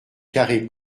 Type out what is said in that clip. carrey